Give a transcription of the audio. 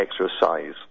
Exercise